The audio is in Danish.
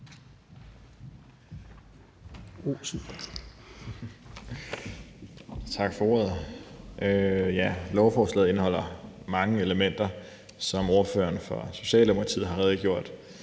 Tak for ordet. Lovforslaget indeholder mange elementer, som ordføreren for Socialdemokratiet har redegjort